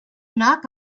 knock